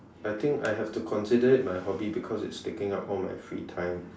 I think I have to consider it my hobby because it's taking up all my free time